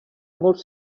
molts